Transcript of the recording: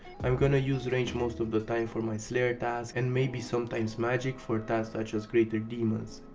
um gonna use range most of the time for my slayer tasks and maybe sometimes magic for tasks such as greater demons.